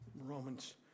Romans